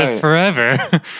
forever